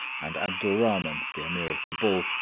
and abdul rahman, the ameer of cabul,